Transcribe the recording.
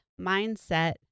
mindset